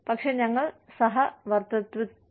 പക്ഷേ ഞങ്ങൾ സഹവർത്തിത്വത്തിലാണ്